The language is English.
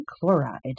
chloride